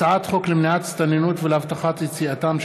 הצעת חוק למניעת הסתננות ולהבטחת יציאתם של